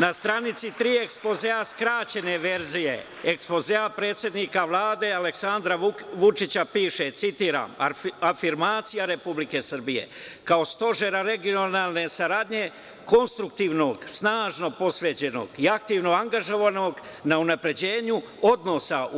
Na stranici tri ekspozea, skraćene verzije, ekspozea predsednika Vlade Aleksandra Vučića, piše citiram – afirmacija Republike Srbije, kao stožera regionalne saradnje konstruktivnog, snažno posvećenog i aktivno angažovanog na unapređenju odnosa